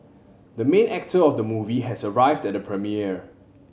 the main actor of the movie has arrived at the premiere